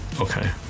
Okay